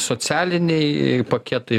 socialiniai paketai